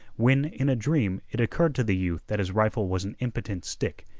when, in a dream, it occurred to the youth that his rifle was an impotent stick,